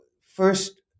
first